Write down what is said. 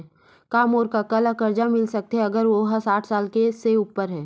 का मोर कका ला कर्जा मिल सकथे अगर ओ हा साठ साल से उपर हे?